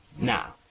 Now